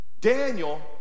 Daniel